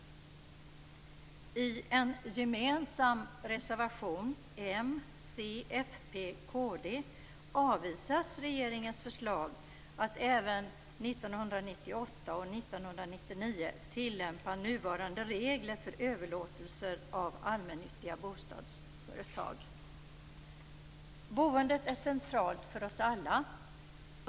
I en gemensam reservation från Moderaterna, Centern, Folkpartiet och Kristdemokraterna avvisas regeringens förslag att även 1998 och 1999 tillämpa nuvarande regler för överlåtelser av allmännyttiga bostadsföretag. Boendet är centralt för oss alla.